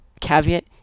Caveat